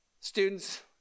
Students